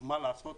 מה לעשות.